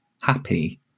happy